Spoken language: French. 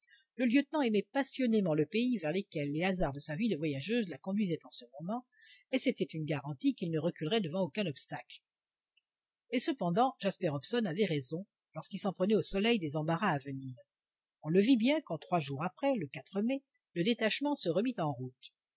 le lieutenant aimait passionnément le pays vers lequel les hasards de sa vie de voyageuse la conduisaient en ce moment et c'était une garantie qu'il ne reculerait devant aucun obstacle et cependant jasper hobson avait raison lorsqu'il s'en prenait au soleil des embarras à venir on le vit bien quand trois jours après le mai le détachement se remit en route